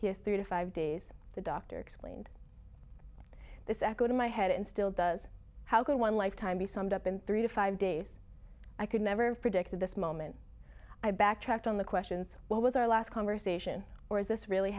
here three to five days the doctor explained this echo to my head and still does how can one lifetime be summed up in three to five days i could never have predicted this moment i backtracked on the questions what was our last conversation or is this really